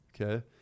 Okay